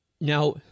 Now